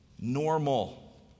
normal